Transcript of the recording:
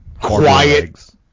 quiet